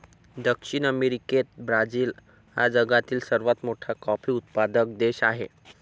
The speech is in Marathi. दक्षिण अमेरिकेत ब्राझील हा जगातील सर्वात मोठा कॉफी उत्पादक देश आहे